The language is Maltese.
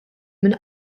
minn